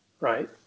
right